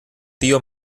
tío